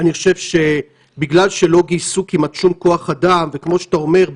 אני חושב שבגלל שלא גייסו כמעט שום כוח אדם וכמו שאתה אומר,